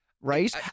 right